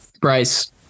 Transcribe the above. Bryce